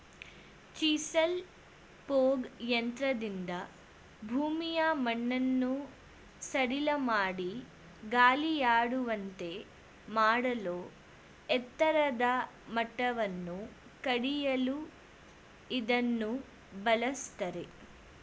chisel plough ಯಂತ್ರದಿಂದ ಭೂಮಿಯ ಮಣ್ಣನ್ನು ಸಡಿಲಮಾಡಿ ಗಾಳಿಯಾಡುವಂತೆ ಮಾಡಲೂ ಎತ್ತರದ ಮಟ್ಟವನ್ನು ಕಡಿಯಲು ಇದನ್ನು ಬಳ್ಸತ್ತರೆ